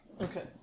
Okay